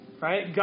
Right